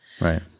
right